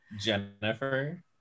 Jennifer